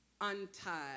Untied